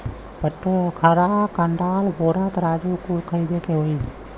बटखरा, कंडाल, बोरा, तराजू कुल खरीदे के होई